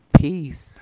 Peace